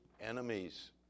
enemies